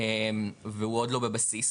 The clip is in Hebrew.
והוא עוד לא בבסיס,